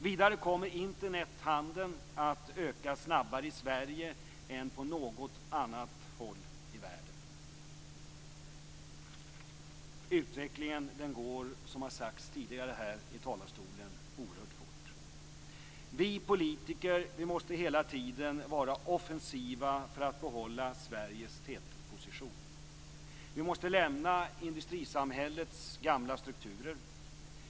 Vidare kommer Internethandeln att öka snabbare i Sverige än på något annat håll i världen. Utvecklingen går, som har sagts tidigare här i talarstolen, oerhört fort. Vi politiker måste hela tiden vara offensiva för att behålla Sveriges tätposition. Vi måste lämna industrisamhällets gamla strukturer.